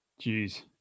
Jeez